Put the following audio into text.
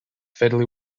fatally